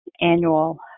annual